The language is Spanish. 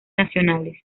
nacionales